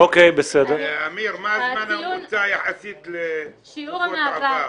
אמיר, מה הזמן הממוצע יחסית לתקופות עבר?